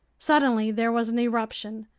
suddenly there was an eruption.